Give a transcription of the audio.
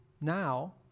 now